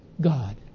God